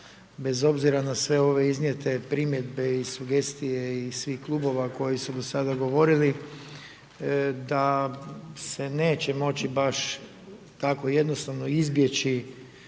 bez obzira na sve ove iznijete primjedbe i sugestije iz svih klubova koji su do sada govorili, da se neće moći baš tako jednostavno izbjeći,